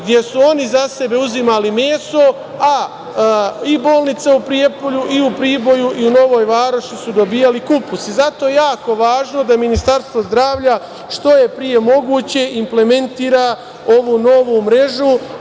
gde su oni za sebe uzimali meso, a i Bolnica u Prijepolju i u Priboju i u Novoj Varoši su dobijali kupus i zato je jako važno da Ministarstvo zdravlja što je pre moguće implementira ovu novu mrežu